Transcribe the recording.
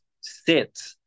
sit